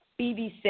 BB6